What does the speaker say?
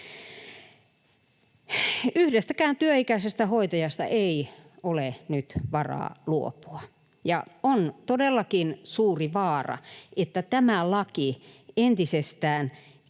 Yhdestäkään työikäisestä hoitajasta ei ole nyt varaa luopua. On todellakin suuri vaara, että tämä laki entisestään kiihdyttää